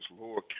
lower